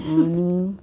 आनी